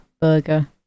burger